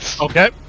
Okay